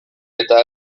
eta